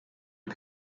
are